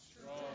Strong